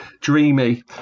Dreamy